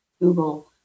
Google